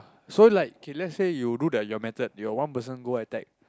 so like okay let's say you do the your method your one person attack